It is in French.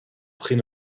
prix